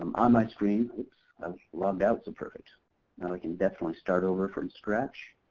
um on my screen, oops, logged out so perfect. now i can definitely start over from scratch.